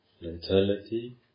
mentality